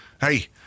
hey